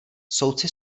soudci